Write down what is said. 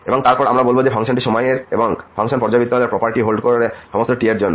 এবং তারপর আমরা বলব যে টি ফাংশন সময়ের এবং ফাংশন পর্যাবৃত্ত হলে এই প্রপার্টি হোল্ড করবে সমস্ত t এর জন্য